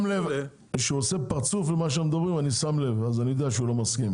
לב שהוא עושה פרצוף על מה שאומרים אז אני יודע שהוא לא מסכים.